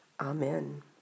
Amen